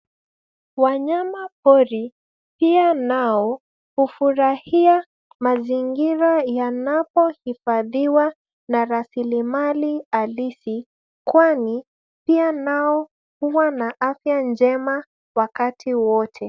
Wanyama pori pia nao hufurahia mazingira yanapohifadhiwa na rasilimali halisi kwani pia nao huwa na afya njema wakati wote.